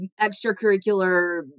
extracurricular